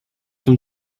him